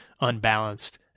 unbalanced